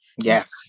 Yes